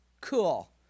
Cool